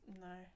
No